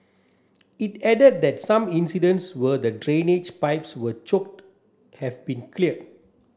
it added that some incidents were the drainage pipes were choked have been cleared